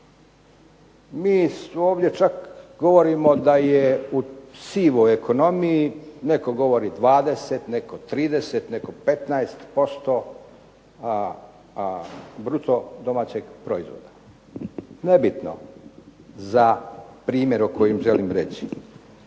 Mi ovdje čak govorimo da je u sivoj ekonomiji, netko govori 20, netko 30, netko 15% bruto domaćeg proizvoda. Nebitno za primjer o kojem želim reći.